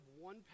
one